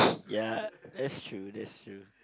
ya that's true that's true